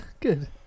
Good